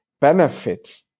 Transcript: benefit